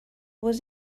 was